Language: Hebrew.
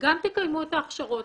גם תקיימו את ההכשרות,